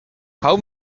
how